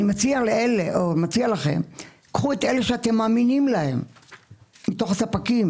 אני מציע לכם ככה: מתוך הספקים